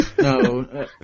No